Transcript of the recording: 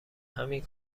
همین